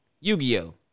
Yu-Gi-Oh